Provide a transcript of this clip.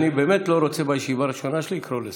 אני באמת לא רוצה בישיבה הראשונה שלי לקרוא לסדר,